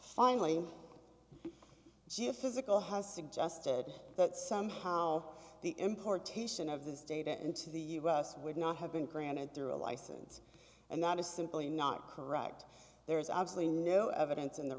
finally she physical has suggested that somehow the importation of this data into the us would not have been granted through a license and that is simply not correct there is absolutely no evidence in the